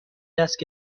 دست